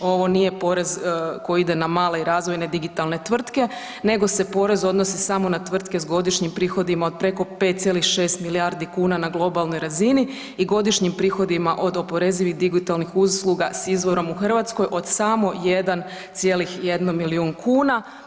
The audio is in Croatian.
Ovo nije porez koji ide na male i razvojne digitalne tvrtke nego se porez odnosi samo na tvrtke s godišnjim prihodima od preko 5,6 milijardi kuna na globalnoj razini i godišnjim prihodima od oporezivih digitalnih usluga s izvorom u Hrvatskoj od samo 1,1 milijun kuna.